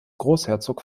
großherzog